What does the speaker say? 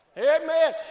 Amen